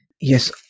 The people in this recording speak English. yes